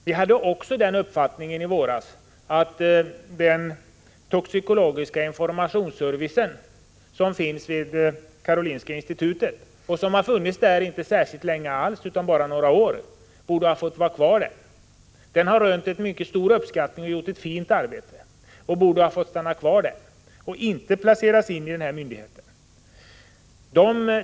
Vi hade också den uppfattningen i våras att den toxikologiska informationsservicen, som finns vid Karolinska institutet och som funnits där bara några år, borde ha fått vara kvar där. Den har rönt mycket stor uppskattning och gjort ett fint arbete. Den borde ha fått stanna kvar och inte placeras in i kemikalieinspektionen.